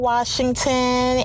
Washington